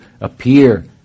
appear